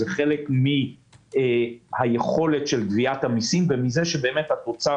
זה חלק מן היכולת של גביית המיסים ומכך שהתוצר